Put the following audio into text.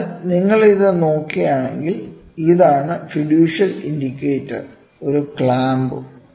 അതിനാൽ നിങ്ങൾ ഇത് നോക്കുകയാണെങ്കിൽ ഇതാണ് ഫിഡ്യൂഷ്യൽ ഇൻഡിക്കേറ്റർ ഒരു ക്ലാമ്പും